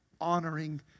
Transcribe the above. honoring